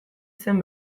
zen